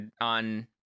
on